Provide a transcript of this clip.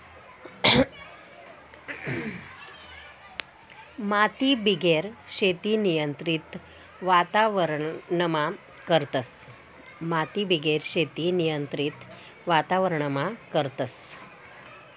मातीबिगेर शेती नियंत्रित वातावरणमा करतस